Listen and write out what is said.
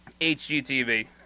HGTV